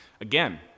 Again